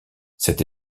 cette